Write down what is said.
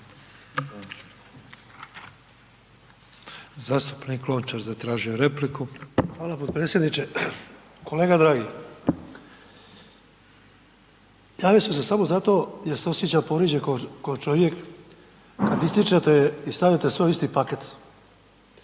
Zastupnik Lončar zatražio je repliku. **Lončar, Davor (HDZ)** Hvala potpredsjedniče. Kolega dragi, javio sam se samo zato jer se osjećam povrijeđen kao čovjek kada ističete i stavljate sve u isti paket.